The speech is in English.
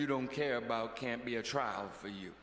you don't care about can't be a trial for you